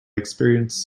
experience